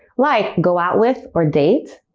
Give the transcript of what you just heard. like go out with or date,